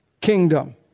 kingdom